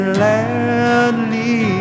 loudly